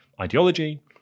ideology